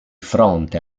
fronte